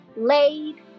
Laid